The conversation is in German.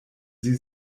sie